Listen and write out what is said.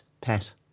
pet